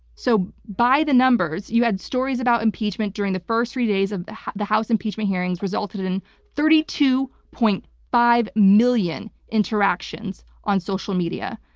so by the numbers, you had stories about impeachment during the first three days of the the house impeachment hearings resulted in thirty two. five million interactions on social media.